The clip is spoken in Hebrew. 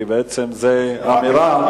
כי בעצם זו אמירה,